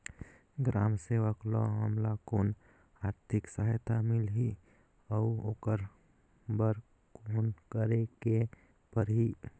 ग्राम सेवक ल हमला कौन आरथिक सहायता मिलही अउ ओकर बर कौन करे के परही?